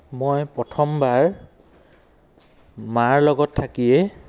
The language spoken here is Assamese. হেল্ল' অঁ এইটো ধেমাজি ধাবাত ফোনটো লাগিছেনে